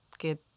get